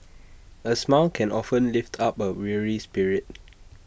A smile can often lift up A weary spirit